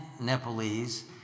Nepalese